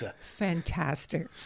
fantastic